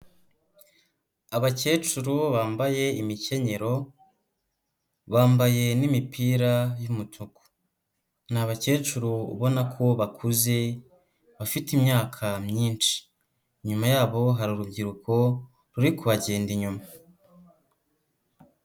Abakecuru bambaye imikenyero, bambaye n'imipira y'umutuku. Ni abakecuru ubona ko bakuze, bafite imyaka myinshi. Inyuma yabo hari urubyiruko ruri kubagenda inyuma.